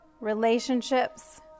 relationships